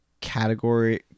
category